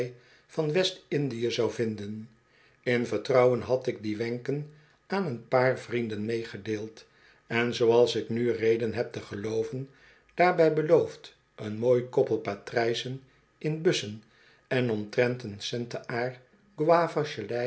van west-indie zou vinden in vertrouwen had ik die wenken aan een paar vrienden meegedeeld en zooals ik nu reden heb te gelooven daarbij beloofd een mooi koppel patrijzen in bussen en omtrent ccn